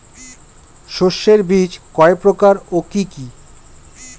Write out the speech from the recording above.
শস্যের বীজ কয় প্রকার ও কি কি?